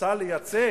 שרוצה לייצג,